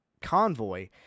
convoy